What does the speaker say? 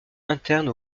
interne